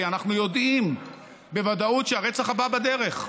כי אנחנו יודעים בוודאות שהרצח הבא בדרך,